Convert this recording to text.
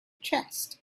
chest